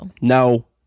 No